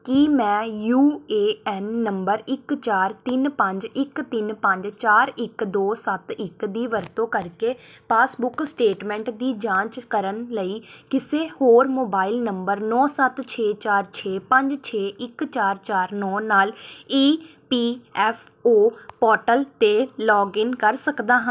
ਕੀ ਮੈਂ U A N number ਇੱਕ ਚਾਰ ਤਿੰਨ ਪੰਜ ਇੱਕ ਤਿੰਨ ਪੰਜ ਚਾਰ ਇੱਕ ਦੋ ਸੱਤ ਇੱਕ ਦੀ ਵਰਤੋਂ ਕਰਕੇ ਪਾਸਬੁੱਕ ਸਟੇਟਮੈਂਟ ਦੀ ਜਾਂਚ ਕਰਨ ਲਈ ਕਿਸੇ ਹੋਰ ਮੋਬਾਈਲ ਨੰਬਰ ਨੌਂ ਸੱਤ ਛੇ ਚਾਰ ਛੇ ਪੰਜ ਛੇ ਇੱਕ ਚਾਰ ਚਾਰ ਨੌਂ ਨਾਲ E P F O portal 'ਤੇ ਲੌਗਇਨ ਕਰ ਸਕਦਾ ਹਾਂ